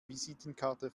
visitenkarte